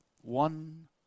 one